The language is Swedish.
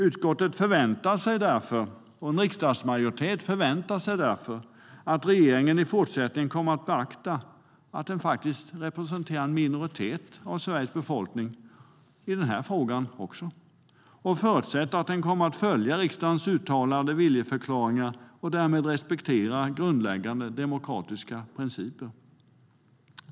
Utskottet och riksdagsmajoriteten förväntar sig därför att regeringen i fortsättningen kommer att beakta att den representerar en minoritet av Sveriges befolkning också i den här frågan och förutsätter att regeringen kommer att följa riksdagens uttalade viljeförklaringar och därmed respektera grundläggande demokratiska principer.